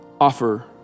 offer